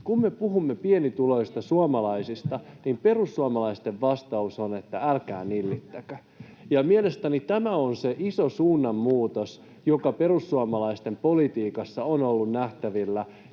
kun me puhumme pienituloisista suomalaisista, niin perussuomalaisten vastaus on, että älkää nillittäkö. Mielestäni tämä on se iso suunnanmuutos, joka perussuomalaisten politiikassa on ollut nähtävillä,